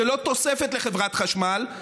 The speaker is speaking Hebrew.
זו לא תוספת לחברת חשמל,